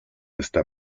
esta